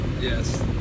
Yes